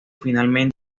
finalmente